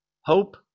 hope